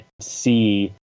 see